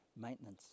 maintenance